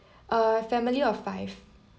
uh family of five